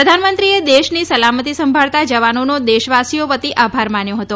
પ્રધાનમંત્રીએ દેશની સલામતી સંભાળતા જવાનોનો દેશવાસીઓ વતી આભાર માન્યો હતો